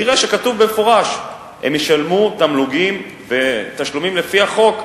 יראה שכתוב במפורש: הם ישלמו תמלוגים ותשלומים לפי החוק.